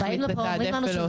החליט לתעדף ולהוסיף.